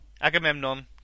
Agamemnon